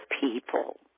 people